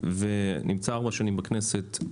ונמצא ארבע שנים בכנסת,